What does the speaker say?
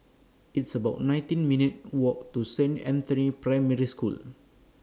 It's about nineteen minutes' Walk to Saint Anthony's Primary School